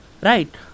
right